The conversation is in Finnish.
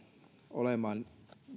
olemaan